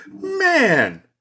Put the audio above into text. man